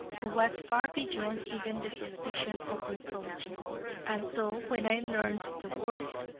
who was far beyond even the suspicion of reproach and so when i learned the worst,